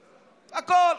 הכול.